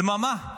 דממה.